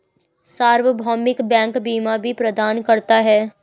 सार्वभौमिक बैंक बीमा भी प्रदान करता है